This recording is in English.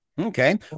Okay